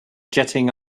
jetting